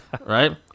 Right